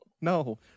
no